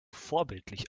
vorbildlich